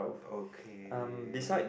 okay